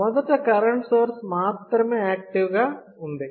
మొదట current source మాత్రమే active గా ఉంది